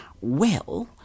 well